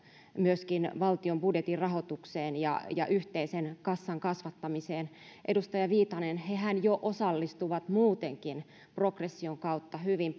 myöskin valtion budjetin rahoitukseen ja ja yhteisen kassan kasvattamiseen edustaja viitanen hehän jo osallistuvat muutenkin progression kautta hyvin